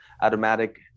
automatic